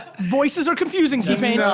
voices are confusing t-pain.